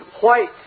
White